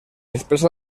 després